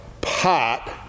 pot